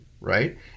right